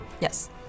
Yes